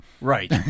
Right